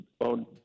on